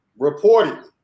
reportedly